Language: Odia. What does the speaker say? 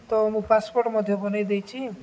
ତ ମୁଁ ପାସ୍ପୋର୍ଟ୍ ମଧ୍ୟ ବନେଇ ଦେଇଛିି